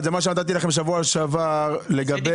זה מה שהצגתי לכם בשבוע שעבר לגבי